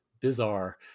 Bizarre